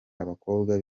abakobwa